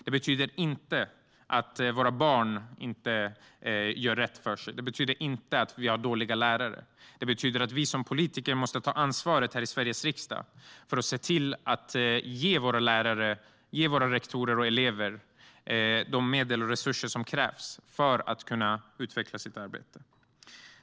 Det betyder inte att våra barn inte gör rätt för sig. Det betyder inte att vi har dåliga lärare. Det betyder att vi som politiker måste ta ansvar här i Sveriges riksdag för att ge våra lärare och rektorer de medel och resurser som krävs för att de ska kunna utveckla sitt arbete.